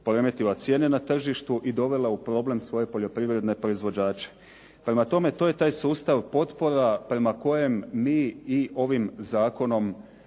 poremetila cijene na tržištu i dovela u problem svoje poljoprivredne proizvođače. Prema tome, to je taj sustav potpora prema kojem mi i ovim zakonom